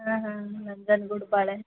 ಹಾಂ ಹಾಂ ನಂಜನ್ಗೂಡು ಬಾಳೆ